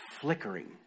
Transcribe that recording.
flickering